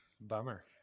Bummer